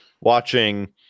watching